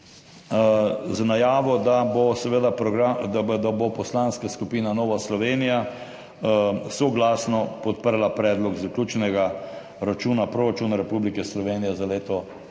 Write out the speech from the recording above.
z najavo, da bo Poslanska skupina Nova Slovenija soglasno podprla Predlog zaključnega računa proračuna Republike Slovenije za leto 2021.